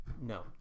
No